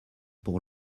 pour